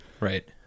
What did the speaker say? Right